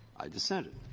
i dissented.